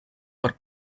per